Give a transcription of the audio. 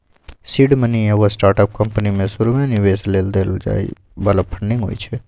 seed money एगो startup company में शुरुमे निवेश लेल देल जाय बला फंडिंग होइ छइ